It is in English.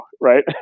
right